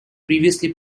previously